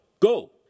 Go